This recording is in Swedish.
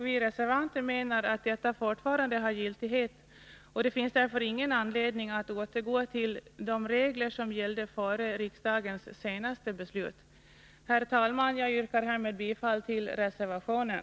Vi reservanter menar att detta fortfarande har giltighet och att det därför inte finns någon anledning att återgå till de regler som gällde före riksdagens senaste beslut. Herr talman! Jag yrkar härmed bifall till reservationen.